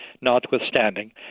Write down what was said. notwithstanding